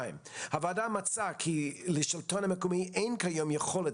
2. הוועדה מצאה כי לשלטון המקומי אין כיום יכולת,